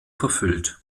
verfüllt